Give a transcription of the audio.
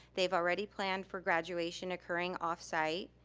they've already planned for graduation occurring off site,